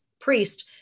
priest